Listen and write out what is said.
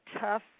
tough